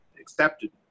accepted